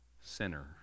sinner